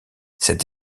cette